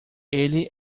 ele